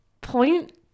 point